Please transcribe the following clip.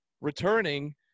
returning